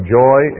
joy